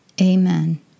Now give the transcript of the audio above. Amen